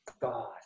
God